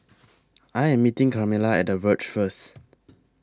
I Am meeting Carmella At The Verge First